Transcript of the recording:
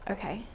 Okay